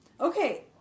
Okay